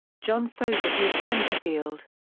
john fogerty's centerfield.